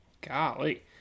golly